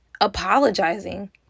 apologizing